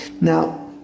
Now